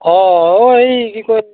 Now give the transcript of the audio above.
অঁ অঁ এই কি কয়